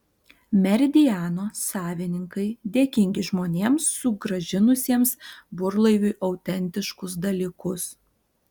meridiano savininkai dėkingi žmonėms sugrąžinusiems burlaiviui autentiškus dalykus